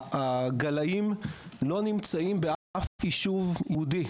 הגלאים לא נמצאים בשום יישוב יהודי.